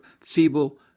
feeble